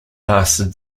lasted